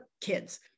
kids